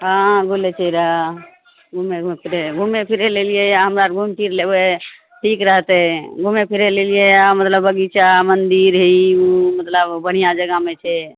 अहाँ बोलैती रहय घुमय घुतरे घुमय फिरय लए अय लियैये हम आर घुमि फिर लेबय ठीक रहतय घुमय फिरय लए अयलियै यऽ मतलब बगीचा मन्दिर हे ई मतलब बढ़िआँ जगहमे छै